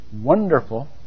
wonderful